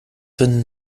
finden